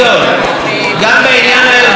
האירוויזיון,